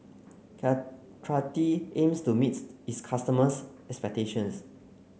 Caltrate aims to meet its customers expectations